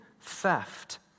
theft